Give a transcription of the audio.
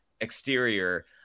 exterior